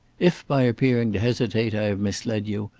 if, by appearing to hesitate, i have misled you,